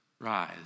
rise